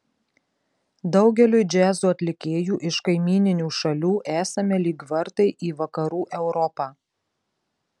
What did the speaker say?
daugeliui džiazo atlikėjų iš kaimyninių šalių esame lyg vartai į vakarų europą